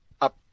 up